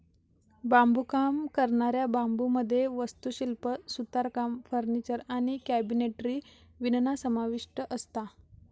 बांबुकाम करणाऱ्या बांबुमध्ये वास्तुशिल्प, सुतारकाम, फर्निचर आणि कॅबिनेटरी विणणा समाविष्ठ असता